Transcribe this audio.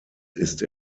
ist